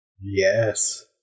Yes